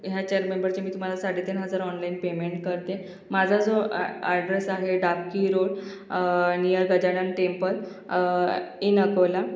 ह्या चार मेंबरचे मी तुम्हाला साडेतीन हजार ऑनलाईन पेमेंट करते माझा जो आ आड्रेस आहे Dabki road near Gajanan temple in Akola